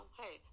hey